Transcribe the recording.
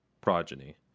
progeny